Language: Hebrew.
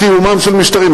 לקיומם של משטרים.